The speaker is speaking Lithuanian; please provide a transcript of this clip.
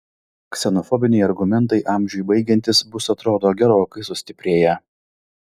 ksenofobiniai argumentai amžiui baigiantis bus atrodo gerokai sustiprėję